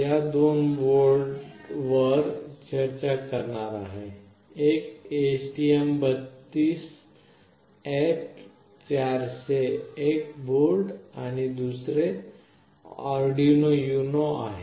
मी दोन बोर्डांवर चर्चा करणार आहे एक STM32F401 बोर्ड आहे आणि दुसरे एक आर्डिनो युनो आहे